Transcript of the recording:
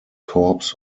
corps